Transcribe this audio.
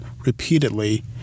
repeatedly